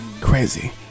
crazy